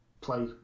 play